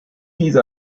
diese